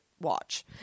Watch